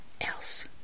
else